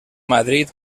madrid